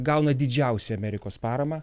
gauna didžiausią amerikos paramą